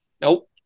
Nope